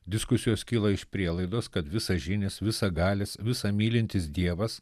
diskusijos kyla iš prielaidos kad visažinis visagalis visa mylintis dievas